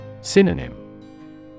Synonym